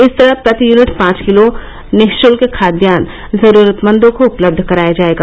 इस तरह प्रति यूनिट पांच किलो निःशुल्क खाद्यान्न जरूरतमंदों को उपलब्ध कराया जाएगा